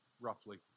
roughly